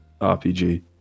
RPG